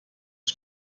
ens